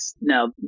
now